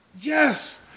Yes